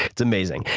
it's amazing.